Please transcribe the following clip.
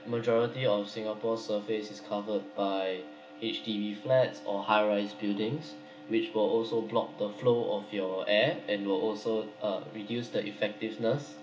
majority of singapore surface is covered by H_D_B flats or high rise buildings which will also block the flow of your air and will also uh reduce the effectiveness